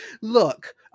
Look